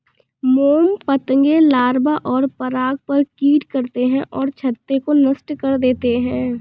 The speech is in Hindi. मोम पतंगे लार्वा और पराग पर फ़ीड करते हैं और छत्ते को नष्ट कर देते हैं